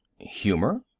Humor